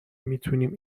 میتوانیم